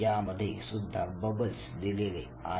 यामध्ये सुद्धा बबल्स दिलेले आहेत